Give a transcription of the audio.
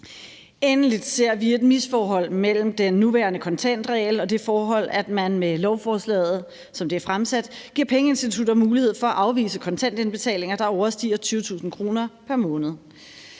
Endelig ser vi et misforhold mellem den nuværende kontantregel og det forhold, at man med lovforslaget, som det er fremsat, giver pengeinstitutter mulighed for at afvise kontantindbetalinger, der overstiger 20.000 kr. pr. måned.